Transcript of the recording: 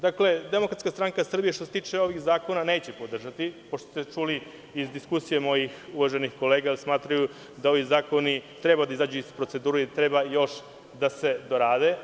Dakle, Demokratska stranka Srbije, što se tiče ovih zakona, neće podržati, pošto ste čuli iz diskusije mojih uvaženih kolega da smatraju da ovi zakoni treba da izađu iz procedure i treba još da se dorade.